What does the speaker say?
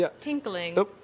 Tinkling